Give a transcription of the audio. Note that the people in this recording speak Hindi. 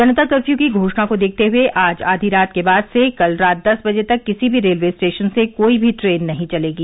जनता कर्फ्यू की घोषणा को देखते हुए आज आधी रात के बाद से कल रात दस बजे तक किसी भी रेलवे स्टेशन से कोई भी ट्रेन नहीं चलेगी